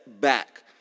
back